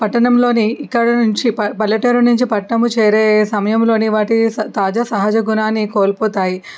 పట్టణంలోని ఇక్కడ నుంచి పల్లెటూరు నుంచి పట్నము చేరే సమయంలోని వాటి తాజా సహజ గుణాన్ని కోల్పోతాయి